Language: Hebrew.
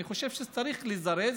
אני חושב שצריך להזדרז,